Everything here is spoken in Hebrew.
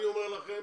אני אומר לכם,